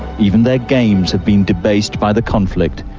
even their games have been debased by the conflict,